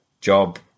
job